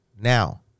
Now